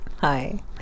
Hi